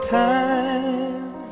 time